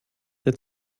der